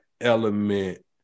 element